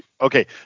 Okay